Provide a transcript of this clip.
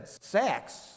sex